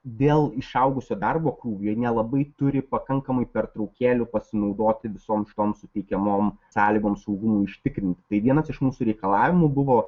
dėl išaugusio darbo krūvio jie nelabai turi pakankamai pertraukėlių pasinaudoti visom šitoms suteikiamom sąlygom saugumui užtikrinti tai vienas iš mūsų reikalavimų buvo